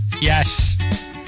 Yes